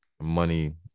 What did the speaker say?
money